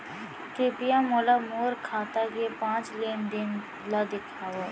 कृपया मोला मोर खाता के पाँच लेन देन ला देखवाव